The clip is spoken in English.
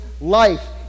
life